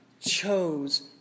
chose